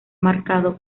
marcado